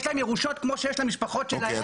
יש להם ירושות כמו שיש למשפחות שלהם?